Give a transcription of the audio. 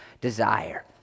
desire